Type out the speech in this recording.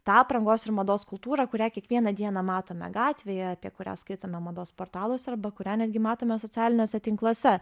tą aprangos ir mados kultūrą kurią kiekvieną dieną matome gatvėje apie kurią skaitome mados portaluose arba kurią netgi matome socialiniuose tinkluose